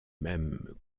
mêmes